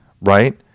Right